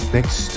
next